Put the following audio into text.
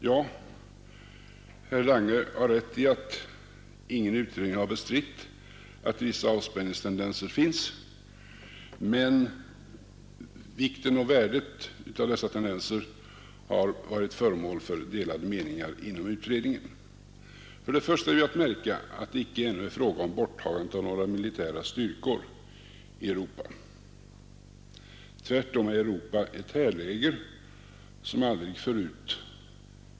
Ja, herr Lange har rätt i att ingen utredning har bestritt att det finns vissa avspänningstendenser, men om vikten och värdet av dessa tendenser har det rått delade meningar inom utredningen. Först och främst är att märka att det inte ännu är fråga om något borttagande av militära styrkor i Europa. Tvärtom är Europa den dag som är ett härläger som aldrig förut.